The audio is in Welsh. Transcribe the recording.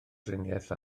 driniaeth